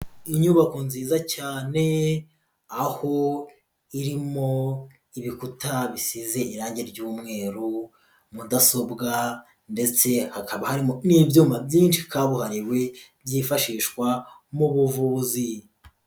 Inyubako nziza cyane aho irimo ibikuta bisize irange ry'umweru, mudasobwa ndetse hakaba harimo n'ibyuma byinshi kabuhariwe byifashishwa mu buvuzi.